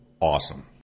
awesome